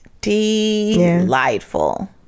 delightful